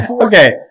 okay